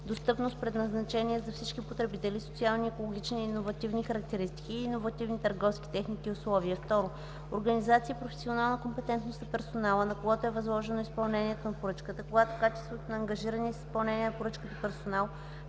достъпност, предназначение за всички потребители, социални, екологични и иновативни характеристики и иновативни търговски техники и условия; 2. организация и професионална компетентност на персонала, на когото е възложено изпълнението на поръчката, когато качеството на ангажирания с изпълнението на поръчката персонал